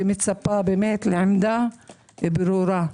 ומצפה לעמדה ברורה.